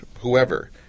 whoever